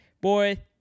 Boy